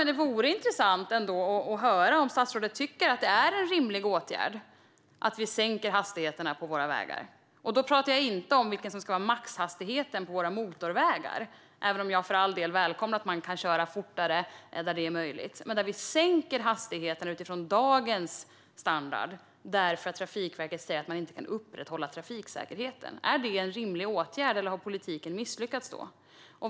Men det vore intressant att höra om statsrådet tycker att det är en rimlig åtgärd att vi sänker hastigheterna på våra vägar. Då talar jag inte om vilken som ska var maxhastigheten på våra motorvägar, även om jag för all del välkomnar att man kan köra fortare där det är möjligt. Det handlar om att vi sänker hastigheterna från dagens standard därför att Trafikverket säger att man inte kan upprätthålla trafiksäkerheten. Är det en rimlig åtgärd, eller har politiken då misslyckats?